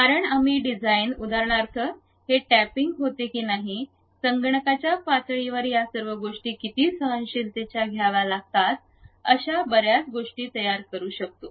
कारण काही डिझाइन उदाहरणार्थ हे टॅपिंग होते की नाही संगणकाच्या पातळीवर या सर्व गोष्टी किती सहनशीलतेच घ्याव्या लागतात अशा बर्याच गोष्टी तयार करू शकतो